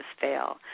fail